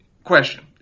Question